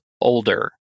older